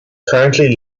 currently